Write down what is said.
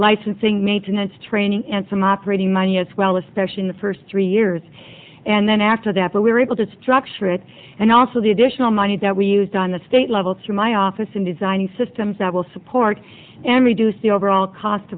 licensing maintenance training and some operating money as well especially in the first three years and then after that we were able to structure it and also the additional money that we used on the state level through my office in designing systems that will support and reduce the overall cost